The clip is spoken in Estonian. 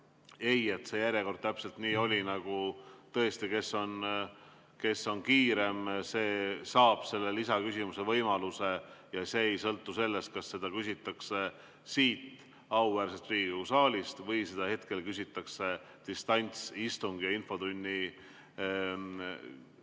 See järjekord on täpselt nii, et kes on kiirem, see saab selle lisaküsimuse võimaluse ja see ei sõltu sellest, kas seda küsitakse siit auväärsest Riigikogu saalist või seda hetkel küsitakse distantsistungi ja infotunni teel